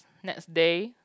next day